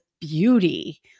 beauty